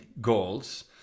goals